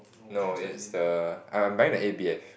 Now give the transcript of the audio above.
no it's the I am buying the a_b_f